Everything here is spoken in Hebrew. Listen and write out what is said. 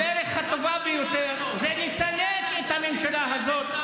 תומך טרור בכנסת ישראל.